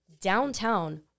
downtown